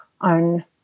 on